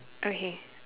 okay